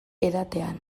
edatean